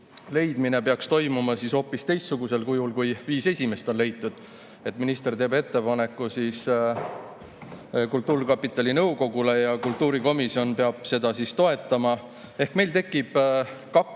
leidmine peaks toimuma hoopis teistsugusel kujul, kui viis esimest on leitud, et minister teeb ettepaneku kultuurkapitali nõukogule ja kultuurikomisjon peab seda toetama. Ehk meil tekib kaks